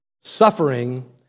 suffering